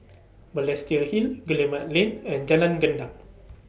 Balestier Hill Guillemard Lane and Jalan Gendang